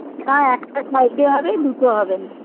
না একটা সাইডে হবে দুটো হবে না ঠিক আছে